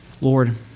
Lord